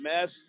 mess